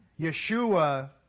yeshua